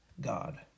God